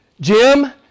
Jim